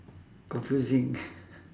confusing